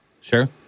Sure